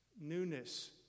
Newness